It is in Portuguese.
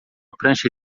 prancha